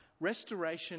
restoration